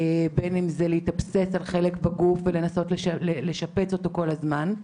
בין אם זו אובססיה על חלק בגוף וניסיון לשפץ אותו כל הזמן.